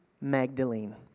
Magdalene